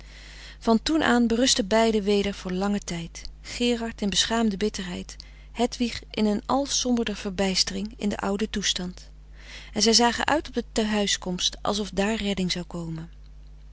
van toen aan berustten beiden weder voor langen tijd gerard in beschaamde bitterheid hedwig in een frederik van eeden van de koele meren des doods al somberder verbijstering in den ouden toestand en zij zagen uit op de tehuiskomst alsof daar redding zou komen